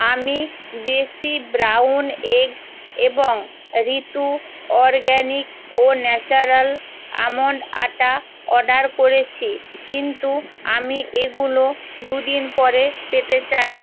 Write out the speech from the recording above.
আমি দেশি brown egg এবং ঋতু অরগ্যানিক ও ন্যাচারাল আমন্ড আটা অর্ডার করেছি কিন্তু আমি এগুলো দু দিন পরে পেতে চাই